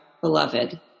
beloved